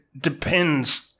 depends